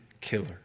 killer